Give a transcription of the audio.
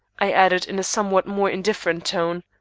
i added in a somewhat more indifferent tone.